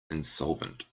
insolvent